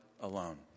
alone